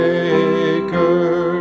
Maker